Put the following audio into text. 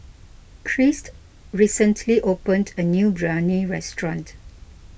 Christ recently opened a new Biryani restaurant